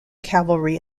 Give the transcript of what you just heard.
cavalry